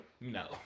no